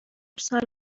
سال